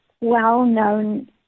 well-known